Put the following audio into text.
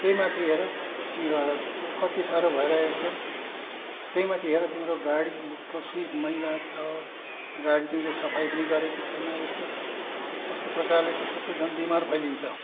त्यही माथि हेर कति साह्रो भइरहेको छ त्यही माथि हेर तिम्रो गाडीको सिट मैला छ गाडी तिमीले सफाइ पनि गरेको छैन यस्तो यस्तो प्रकारले त सबलाई झन् बिमार फैलिन्छ